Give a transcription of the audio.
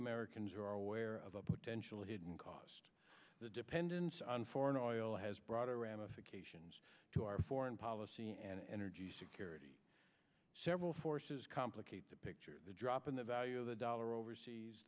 americans are aware of a potential hidden cost the dependence on foreign oil has broader ramifications to our foreign policy and energy security several forces complicate the picture the drop in the value of the dollar overseas